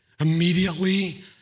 Immediately